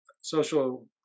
social